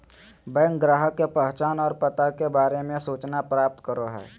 bank ग्राहक के पहचान और पता के बारे में सूचना प्राप्त करो हइ